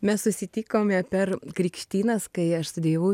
mes susitikome per krikštynas kai aš studijavau